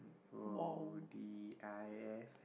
!woah! D_I_F